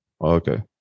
Okay